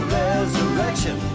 resurrection